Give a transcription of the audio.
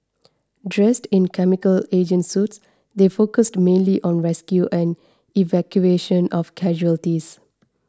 dressed in chemical agent suits they focused mainly on rescue and evacuation of casualties